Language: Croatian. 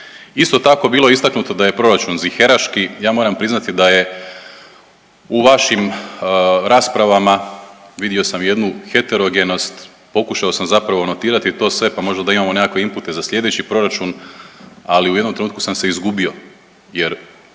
Isto tako bilo je istaknuto da je proračun ziheraški. Ja moram priznati da je u vašim raspravama, vidio sam jednu heterogenost, pokušao sam zapravo notirati to sve pa možda da imamo nekakve inpute za sljedeći proračun. Ali u jednom trenutku sam se izgubio, jer